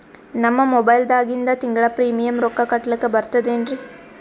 ನಮ್ಮ ಮೊಬೈಲದಾಗಿಂದ ತಿಂಗಳ ಪ್ರೀಮಿಯಂ ರೊಕ್ಕ ಕಟ್ಲಕ್ಕ ಬರ್ತದೇನ್ರಿ?